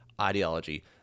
ideology